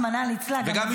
רחמנא ליצלן, גם עובד.